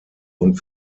und